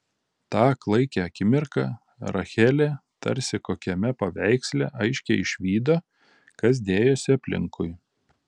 tą klaikią akimirką rachelė tarsi kokiame paveiksle aiškiai išvydo kas dėjosi aplinkui